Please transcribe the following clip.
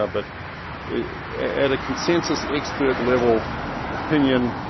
um but at a consensus expert level opinion,